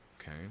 Okay